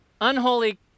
unholy